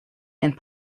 and